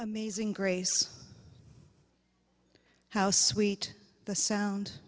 amazing grace how sweet the sound